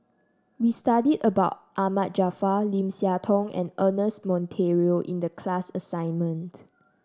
we studied about Ahmad Jaafar Lim Siah Tong and Ernest Monteiro in the class assignment